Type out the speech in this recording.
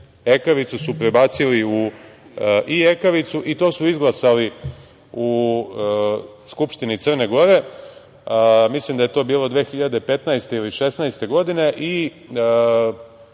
Ekavicu su prebacili u ijekavicu i to su izglasali u Skupštini Crne Gore. Mislim da je to bilo 2015. ili 2016. godine. Drugi